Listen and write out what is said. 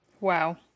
Wow